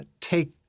take